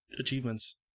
achievements